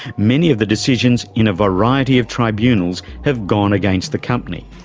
many of the decisions, in a variety of tribunals, have gone against the company.